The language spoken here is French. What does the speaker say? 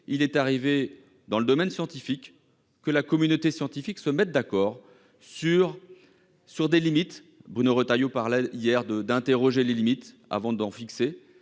Il est arrivé que la communauté scientifique se mette d'accord sur des limites- Bruno Retailleau parlait hier d'interroger les limites avant d'en fixer.